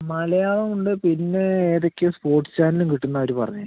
മലയാളം ഉണ്ട് പിന്നെ ഏതൊക്കെയോ സ്പോർട്സ് ചാനലും കിട്ടുമെന്നാണ് അവര് പറഞ്ഞത്